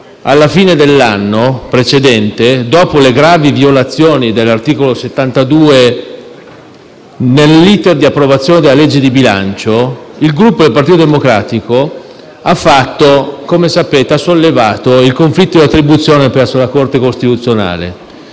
alla fine dell'anno precedente, dopo le gravi violazioni dell'articolo 72 della Costituzione nell'*iter* di approvazione della legge di bilancio, il Gruppo del Partito Democratico ha sollevato il conflitto di attribuzione presso la Corte costituzionale.